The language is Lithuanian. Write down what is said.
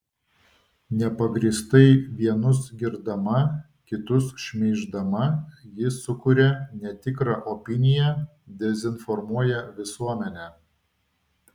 nepagrįstai vienus girdama kitus šmeiždama ji sukuria netikrą opiniją dezinformuoja visuomenę